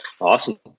Awesome